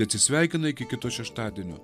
atsisveikina iki kito šeštadienio